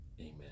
Amen